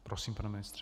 Prosím, pane ministře.